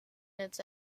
its